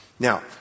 Now